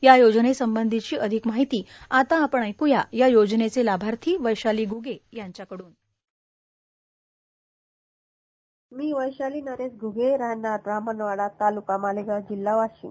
या योजनेसंबंधीची अधिक माहिती आता आपण ऐक्या या योजनेचे लाभार्थी वैशाली घगे यांच्या कड़न साऊंड बाईट मी वैशाली नरेश घुगे राहणार रामणवाडा तालुका मालेगाव जिल्हा वाशिम